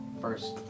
First